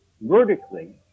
vertically